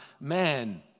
man